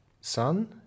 Sun